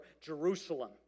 Jerusalem